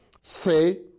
Say